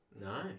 No